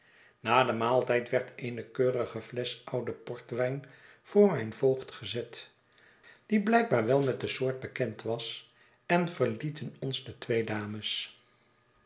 na den maaltijd werd eene keurige flesch ouden portwyn voor mijn voogd gezet die blijkbaar wel met de soort bekend was en verlieten ons de twee dames